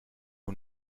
who